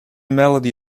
melody